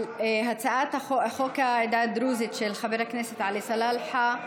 הצעת החוק העדה הדרוזית של חבר הכנסת עלי סלאלחה,